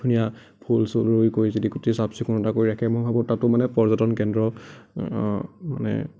ধুনীয়া ফুল চুল ৰুই কৰি যদি গোটেই চাফ চিকুণতা কৰি ৰাখে মই ভাবোঁ তাতো মানে পৰ্যটন কেন্দ্ৰ মানে